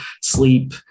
sleep